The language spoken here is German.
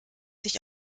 sich